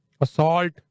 assault